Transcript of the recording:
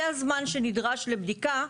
זה הזמן שנדרש בבדיקה,